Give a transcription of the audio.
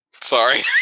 Sorry